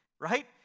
right